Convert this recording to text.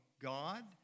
God